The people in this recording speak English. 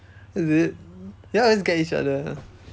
is it you all always get each other